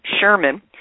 Sherman